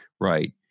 right